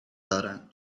دارند